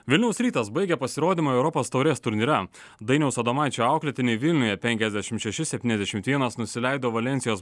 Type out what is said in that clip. vilniaus rytas baigė pasirodymą europos taurės turnyre dainiaus adomaičio auklėtiniai vilniuje penkiasdešimt šeši septyniasdešimt vienas nusileido valensijos